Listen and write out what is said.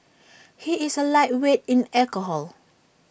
he is A lightweight in alcohol